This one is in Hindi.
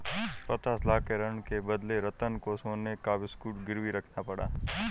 पचास लाख के ऋण के बदले रतन को सोने का बिस्कुट गिरवी रखना पड़ा